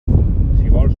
vols